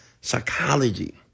psychology